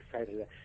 excited